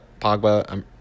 Pogba